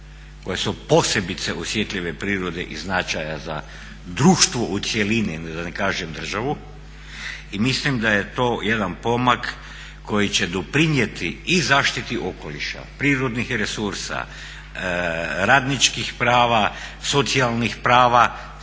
koje su posebice osjetljive prirode i značaja za društvo u cjelini, da ne kažem državu. I mislim da je to jedan pomak koji će doprinijeti i zaštiti okoliša, prirodnih resursa, radničkih prava, socijalnih prava,